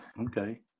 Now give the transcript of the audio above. okay